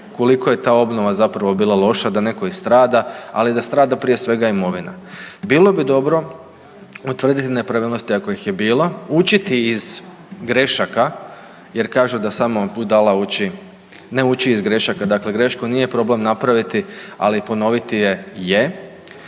koliko je ta obnova zapravo bila loša da netko i strada, ali da strada prije svega imovina. Bilo bi dobro utvrditi nepravilnosti ako ih je bilo, učiti iz grešaka jer kažu da samo budala ne uči iz grešaka. Dakle, grešku nije problem napraviti, ali ponoviti je je